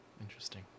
Interesting